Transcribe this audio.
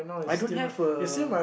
I don't have a